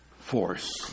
force